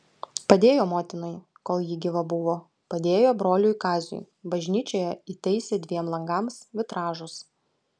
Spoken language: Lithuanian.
padėjo motinai kol ji gyva buvo padėjo broliui kaziui bažnyčioje įtaisė dviem langams vitražus